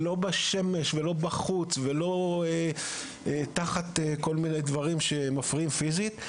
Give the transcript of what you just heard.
לא בשמש ולא בחוץ ולא תחת כל מיני דברים שמפריעים פיזית.